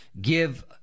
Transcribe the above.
give